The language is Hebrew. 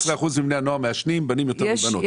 19 אחוזים מבני הנוער מעשנים, בנים יותר מבנות.